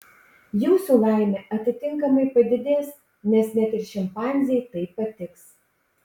jūsų laimė atitinkamai padidės nes net ir šimpanzei tai patiks